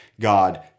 God